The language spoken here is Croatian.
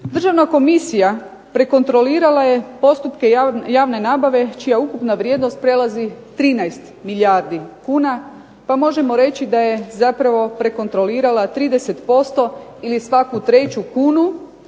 Državna komisija prekontrolirala je postupke javne nabave čija ukupna vrijednost prelazi 13 milijardi kuna, pa možemo reći da je zapravo prekontrolirala 30% ili svaku treću kunu